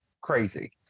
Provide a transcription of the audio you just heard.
crazy